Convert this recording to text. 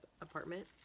apartment